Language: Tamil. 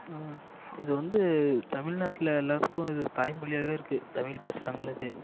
இது வந்து தமிழ்நாட்டில் எல்லாத்துக்கும் இது தாய் மொழியாக இருக்கு தமிழ் பேசறவங்களுக்கு